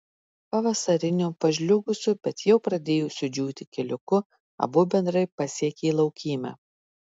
pavasariniu pažliugusiu bet jau pradėjusiu džiūti keliuku abu bendrai pasiekė laukymę